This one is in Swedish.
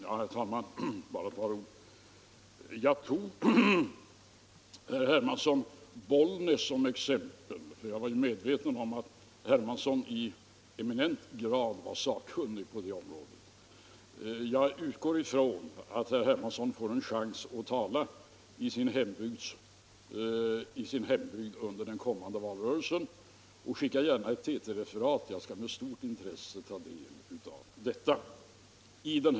Herr talman! Jag tog, herr Hermansson, Bollnäs som exempel, eftersom jag var medveten om att herr Hermansson i eminent grad var sakkunnig på det området. Jag utgår från att herr Hermansson under den kommande valrörelsen får en chans att tala i sin hembygd om den här frågan — den bör inte herr Hermansson gå förbi. Skicka då gärna ett TT-referat till mig.